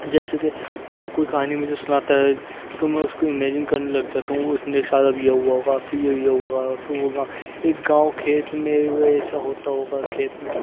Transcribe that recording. جیسے کہ جب کوئی کہانی مجھے سناتا ہے تو میں اس کو امیجن کرنے لگ جاتا ہوں وہ اتنے سال اب یہ ہوا ہوگا پھر یہ ہوا ہوگا پھر یہ یہ ہوگا پھر وہ ایک گاؤں کھیت میں وے ایسا ہوتا ہوگا کھیت میں